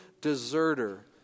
deserter